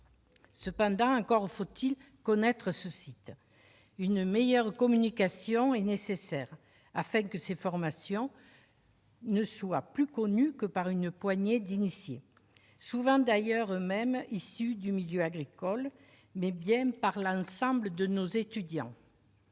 Cependant, encore faut-il connaître ce site ... Une meilleure communication est par conséquent nécessaire, afin que ces formations soient connues non pas seulement par une poignée d'initiés, souvent d'ailleurs eux-mêmes issus du milieu agricole, mais bien par l'ensemble de nos étudiants.